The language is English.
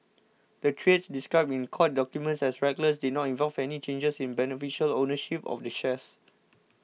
the trades described in court documents as reckless did not involve any changes in beneficial ownership of the shares